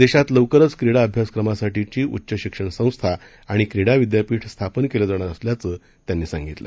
देशात लवकरच क्रीडा अभ्यासक्रमासाठीची उच्च शिक्षण संस्था आणि क्रीडा विद्यापीठ स्थापन केलं जाणार असल्याचं त्यांनी सांगितलं